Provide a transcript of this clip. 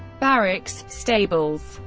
barracks, stables,